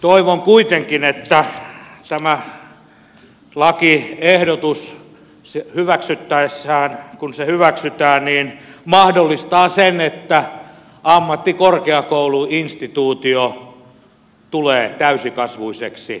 toivon kuitenkin että tämä lakiehdotus kun se hyväksytään mahdollistaa sen että ammattikorkeakouluinstituutio tulee täysikasvuiseksi